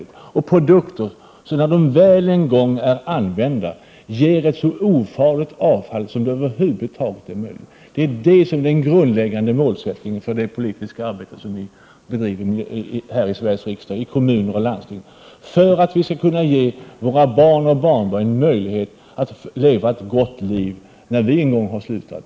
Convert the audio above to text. Det gäller att få fram produkter som när de väl en gång är använda ger ett så ofarligt avfall som det över huvud taget är möjligt. Det är det som är den grundläggande målsättningen för det politiska arbete som vi bedriver i Sveriges riksdag, i kommuner och i landsting för att vi skall kunna ge våra barn och barnbarn möjlighet att leva ett gott liv, när vi en gång har slutat.